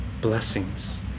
blessings